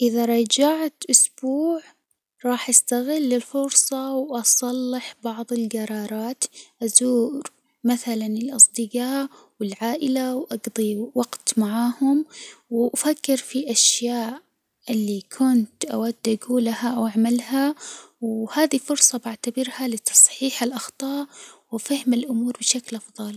إذا رجعت أسبوع راح أستغل الفرصة وأصلح بعض الجرارات، أزور مثلاً الأصدجاء والعائلة وأجضي وقت معهم، وأفكر في الأشياء اللي كنت أود أجولها أو أعملها، وهذه فرصة بعتبرها لتصحيح الأخطاء وفهم الأمور بشكل أفضل.